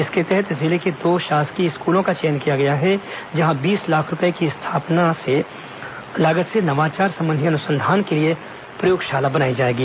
इसके तहत जिले के दो शासकीय स्कूलों का चयन किया गया है जहां बीस लाख रूपए की स्थापना नवाचार संबंधी अनुसंधान के लिए प्रयोगशाला बनाई जाएगी